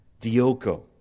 Dioko